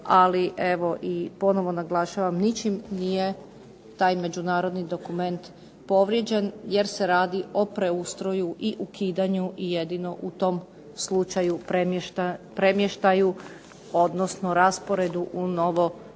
ali evo i ponovo naglašavam ničim nije taj međunarodni dokument povrijeđen, jer se radi o preustroju i ukidanju i jedino u tom slučaju premještaju, odnosno rasporedu u novo